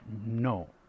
No